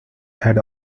had